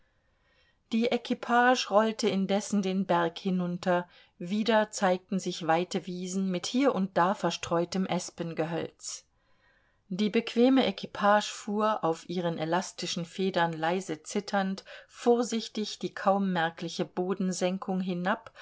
die equipage rollte indessen den berg hinunter wieder zeigten sich weite wiesen mit hier und da verstreutem espengehölz die bequeme equipage fuhr auf ihren elastischen federn leise zitternd vorsichtig die kaum merkliche bodensenkung hinab